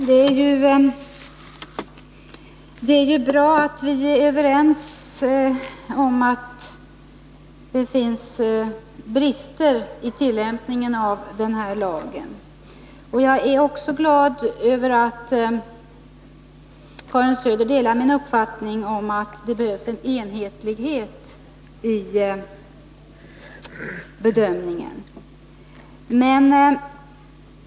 Fru talman! Det är ju bra att vi är överens om att det finns brister i tillämpningen av den här lagen. Jag är också glad över att Karin Söder delar min uppfattning om att det behövs enhetlighet i bedömningen.